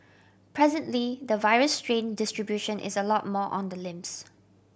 presently the virus strain distribution is a lot more on the limbs